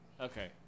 okay